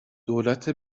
دولت